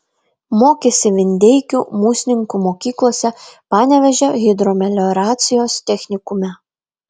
mokėsi vindeikių musninkų mokyklose panevėžio hidromelioracijos technikume